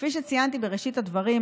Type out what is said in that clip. כפי שציינתי בראשית הדברים,